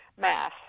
mass